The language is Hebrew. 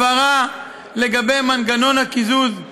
הבהרה לגבי מנגנון הקיזוז של